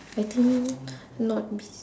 I think not be s~